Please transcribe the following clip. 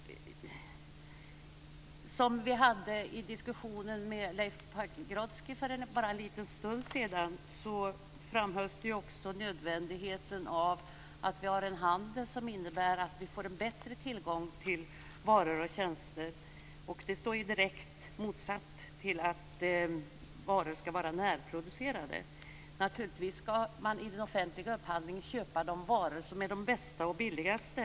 I diskussionen med Leif Pagrotsky för bara en liten stund sedan framhölls också nödvändigheten av en handel som innebär att vi får bättre tillgång till varor och tjänster. Det står i direkt motsatsställning till kravet att varor skall vara närproducerade. Naturligtvis skall man i den offentliga upphandlingen köpa de varor som är de bästa och billigaste.